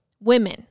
Women